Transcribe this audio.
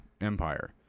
Empire